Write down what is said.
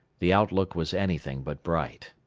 the outlook was anything but bright.